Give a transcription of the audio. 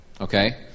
Okay